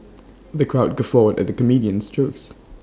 the crowd guffawed at the comedian's jokes